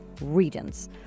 regions